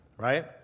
right